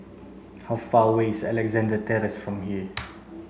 how far away is Alexandra Terrace from here